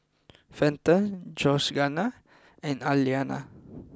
Fenton Georganna and Alaina